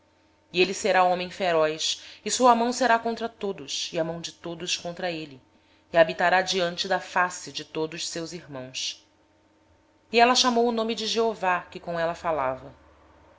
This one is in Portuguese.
jumento selvagem entre os homens a sua mão será contra todos e a mão de todos contra ele e habitará diante da face de todos os seus irmãos e ela chamou o nome do senhor que com ela falava